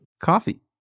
coffee